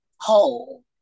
whole